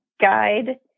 guide